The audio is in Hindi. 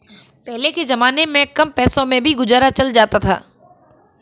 पहले के जमाने में कम पैसों में भी गुजारा चल जाता था